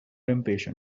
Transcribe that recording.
impatient